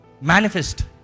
manifest